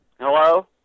Hello